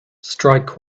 strike